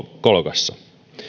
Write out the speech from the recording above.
kolkassa